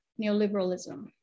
neoliberalism